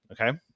okay